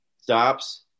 Stops